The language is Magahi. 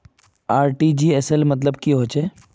आर.टी.जी.एस सेल मतलब की होचए?